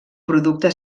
producte